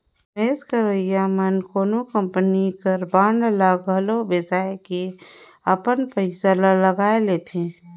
निवेस करइया मन कोनो कंपनी कर बांड ल घलो बेसाए के अपन पइसा ल लगाए लेथे